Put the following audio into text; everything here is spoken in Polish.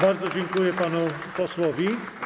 Bardzo dziękuję panu posłowi.